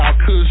Cause